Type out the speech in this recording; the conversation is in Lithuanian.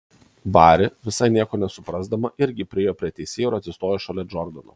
bari visai nieko nesuprasdama irgi priėjo prie teisėjo ir atsistojo šalia džordano